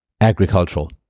agricultural